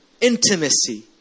Intimacy